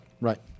Right